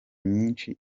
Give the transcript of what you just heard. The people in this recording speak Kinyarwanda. myinshi